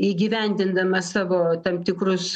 įgyvendindama savo tam tikrus